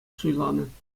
суйланӑ